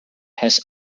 has